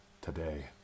today